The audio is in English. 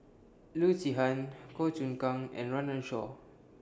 Loo Zihan Goh Choon Kang and Run Run Shaw